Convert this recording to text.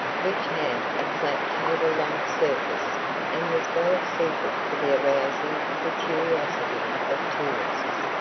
which had a flat table-like surface and was well suited for the arousing of the curiosity of tourists.